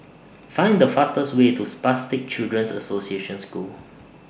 Find The fastest Way to Spastic Children's Association School